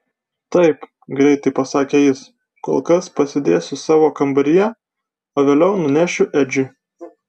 taip greitai pasakė jis kol kas pasidėsiu savo kambaryje o vėliau nunešiu edžiui